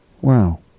Wow